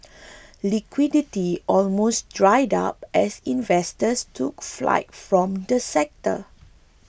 liquidity almost dried up as investors took flight from the sector